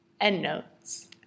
Endnotes